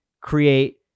create